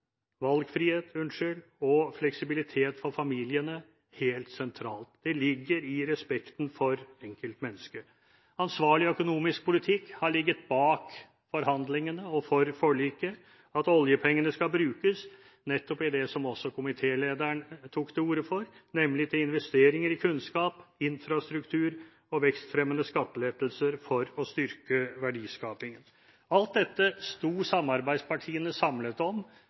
Valgfrihet og fleksibilitet for familiene er helt sentralt. Det ligger i respekten for enkeltmennesket. Ansvarlig økonomisk politikk har ligget bak forhandlingene og forliket. Oljepengene skal brukes nettopp til det som komitélederen tok til orde for, nemlig til investeringer i kunnskap, infrastruktur og vekstfremmende skattelettelser for å styrke verdiskapingen. Alt dette sto samarbeidspartiene samlet om